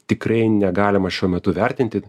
tikrai negalima šiuo metu vertinti